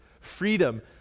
freedom